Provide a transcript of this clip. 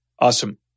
Awesome